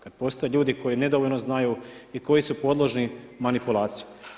Kad postoje ludi koji nedovoljno znaju i koji su podložni manipulaciji.